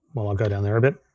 well, i'll go down there a bit,